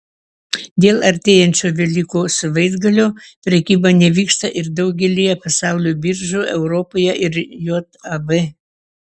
dėl artėjančio velykų savaitgalio prekyba nevyksta ir daugelyje pasaulio biržų europoje ir jav